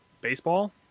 baseball